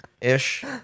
ish